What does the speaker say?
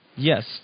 Yes